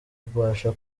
mbasha